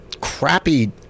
crappy